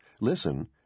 Listen